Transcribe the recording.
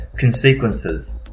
consequences